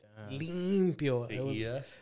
limpio